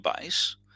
base